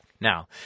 now